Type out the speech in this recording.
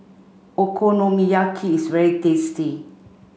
Okonomiyaki is very tasty